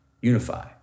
unify